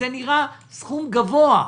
זה נראה סכום גבוה.